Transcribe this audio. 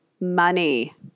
money